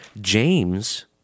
james